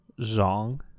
Zong